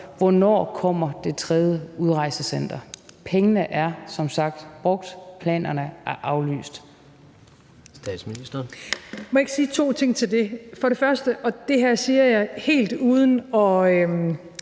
Hvornår kommer det tredje udrejsecenter? Pengene er som sagt brugt, og planerne er aflyst.